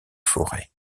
forêts